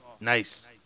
nice